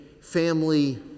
family